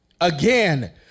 Again